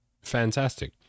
fantastic